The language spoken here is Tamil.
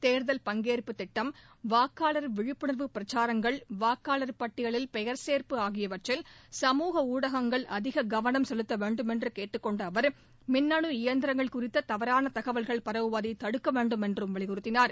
தேர்தல் பங்கேற்பு திட்டம் வாக்காளர் விழிப்புணர்வு பிரச்சாரங்கள் வாக்காளர் பட்டியலில் பெயர் சேர்ப்பு ஆகியவற்றில் சமூக ஊடகங்கள் அதிக கவளம் செலுத்த வேண்டுமென்று கேட்டுக்கொண்ட அவர் மின்னு எந்திரங்கள் குறித்த தவறான தகவல்கள் பரவுவதை தடுக்க வேண்டுமென்றும் வலியுறுத்தினார்